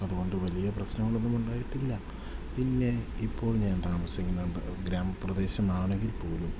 അതുകൊണ്ട് വലിയ പ്രശ്നങ്ങളൊന്നുമുണ്ടായിട്ടില്ല പിന്നെ ഇപ്പോൾ ഞാൻ താമസിക്കുന്നത് ഗ്രാമപ്രദേശമാണെങ്കിൽ പോലും